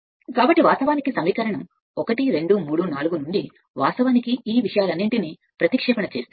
కాబట్టి వాస్తవానికి సమీకరణం 1 2 మరియు 3 నుండి ఉంటే 4 వాస్తవానికి ఈ విషయాలన్నింటినీ ప్రతిక్షేపణ చేస్తుంది